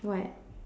what